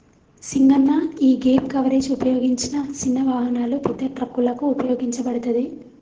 సింగన్న యీగేప్ కవరేజ్ ఉపయోగించిన సిన్న వాహనాలు, పెద్ద ట్రక్కులకు ఉపయోగించబడతది